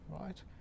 right